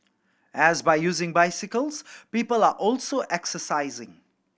and by using bicycles people are also exercising